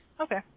Okay